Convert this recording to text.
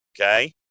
Okay